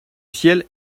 ciel